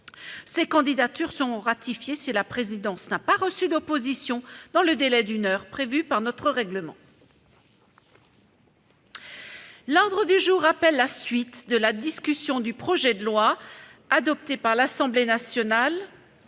Ces candidatures seront ratifiées si la présidence n'a pas reçu d'opposition dans le délai d'une heure prévue par notre règlement. L'ordre du jour appelle la suite de la discussion du projet de loi, adopté par l'Assemblée nationale